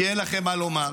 כי אין לכם מה לומר.